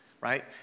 right